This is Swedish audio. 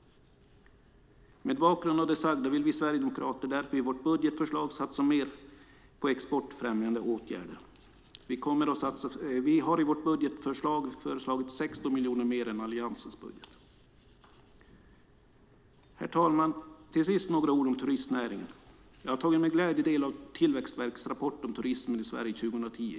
Mot bakgrund av detta vill vi Sverigedemokrater därför i vårt budgetförslag satsa mer på exportfrämjande åtgärder. Vi har i vårt budgetförslag föreslagit 16 miljoner mer än i Alliansens budgetförslag. Herr talman! Till sist några ord om turistnäringen. Jag har med glädje tagit del av Tillväxtverkets rapport om turismen i Sverige 2010.